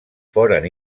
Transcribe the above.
foren